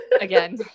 Again